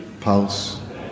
pulse